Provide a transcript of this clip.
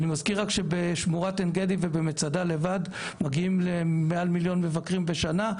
אזכיר שלשמורת עין-גדי ולמצדה בלבד מגיעים מעל מיליון מבקרים בשנה,